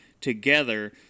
together